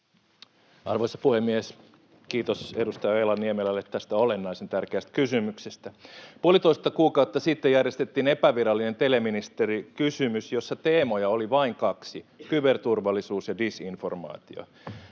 Arvoisa puhemies! Kiitos edustaja Ojala-Niemelälle tästä olennaisen tärkeästä kysymyksestä. Puolitoista kuukautta sitten järjestettiin epävirallinen teleministeritilaisuus, jossa teemoja oli vain kaksi: kyberturvallisuus ja disinformaatio.